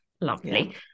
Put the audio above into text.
Lovely